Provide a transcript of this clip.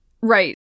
Right